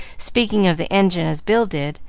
speaking of the engine as bill did,